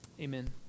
Amen